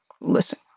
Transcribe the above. listen